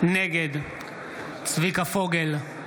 נגד צביקה פוגל,